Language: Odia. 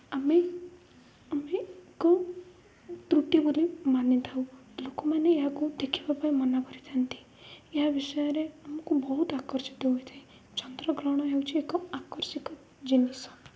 ଆମେ ଆମେ ଏକ ତ୍ରୁଟି ବୋଲି ମାନିଥାଉ ଲୋକମାନେ ଏହାକୁ ଦେଖିବା ପାଇଁ ମନା କରିଥାନ୍ତି ଏହା ବିଷୟରେ ଆମକୁ ବହୁତ ଆକର୍ଷିତ ହୋଇଥାଏ ଯନ୍ଦ୍ରଗ୍ରହଣ ହେଉଛିି ଏକ ଆକର୍ଷକ ଜିନିଷ